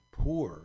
poor